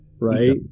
right